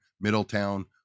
Middletown